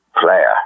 player